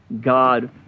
God